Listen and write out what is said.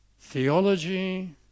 theology